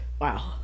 Wow